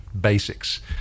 basics